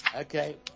Okay